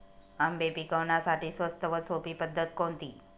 आंबे पिकवण्यासाठी स्वस्त आणि सोपी पद्धत कोणती?